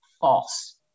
false